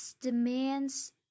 demands